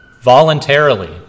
voluntarily